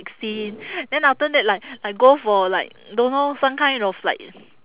sixteen then after that like like go for like don't know some kind of like